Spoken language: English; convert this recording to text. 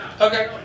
Okay